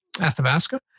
Athabasca